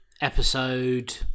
episode